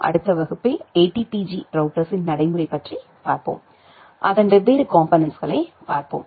அடுத்த வகுப்பில் எடிபிஜி ரௌட்டர்ஸின் நடைமுறை பற்றி பார்ப்போம் அதன் வெவ்வேறு காம்போனென்ட்ஸ்களை பார்ப்போம்